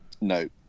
No